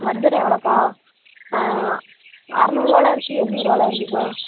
வஞ்சிரம் எவ்வளோக்கா அறநூறுருவால இருக்குது எண்நூறுருவால இருக்குதுக்கா